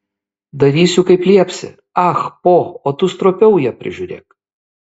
darysiu kaip liepsi ah po o tu stropiau ją prižiūrėk